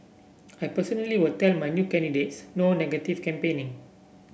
I personally will tell my new candidates no negative campaigning